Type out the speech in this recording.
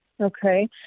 Okay